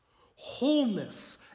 wholeness